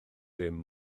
dim